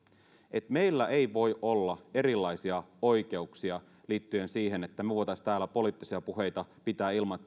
että meillä ei voi olla erilaisia oikeuksia liittyen siihen että me voisimme täällä poliittisia puheita pitää ilman